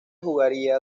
jugaría